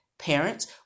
Parents